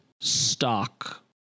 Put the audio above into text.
stock